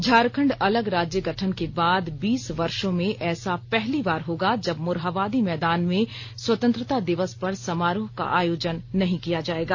झारखंड अलग राज्य गठन के बाद बीस वर्षों में ऐसा पहली बार होगा जब मोरहाबादी मैदान में स्वतंत्रता दिवस पर समारोह का आयोजन नहीं किया जायेगा